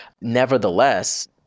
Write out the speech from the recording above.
nevertheless